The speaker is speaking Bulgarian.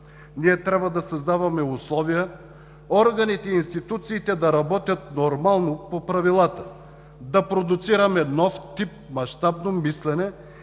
Ние трябва да създаваме условия органите и институциите да работят нормално по правилата, да продуцираме нов тип мащабно мислене